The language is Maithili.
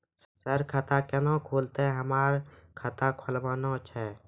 सर खाता केना खुलतै, हमरा खाता खोलवाना छै?